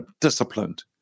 disciplined